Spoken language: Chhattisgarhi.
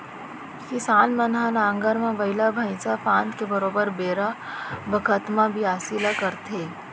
किसान मन ह नांगर म बइला भईंसा फांद के बरोबर बेरा बखत म बियासी ल करथे